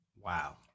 Wow